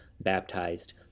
baptized